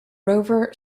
rover